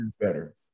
better